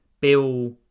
Bill